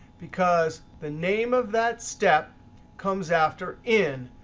because the name of that step comes after in.